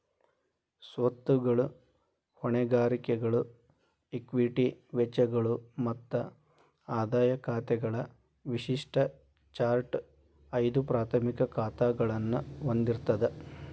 ಸ್ವತ್ತುಗಳು, ಹೊಣೆಗಾರಿಕೆಗಳು, ಇಕ್ವಿಟಿ ವೆಚ್ಚಗಳು ಮತ್ತ ಆದಾಯ ಖಾತೆಗಳ ವಿಶಿಷ್ಟ ಚಾರ್ಟ್ ಐದು ಪ್ರಾಥಮಿಕ ಖಾತಾಗಳನ್ನ ಹೊಂದಿರ್ತದ